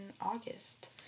August